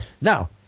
Now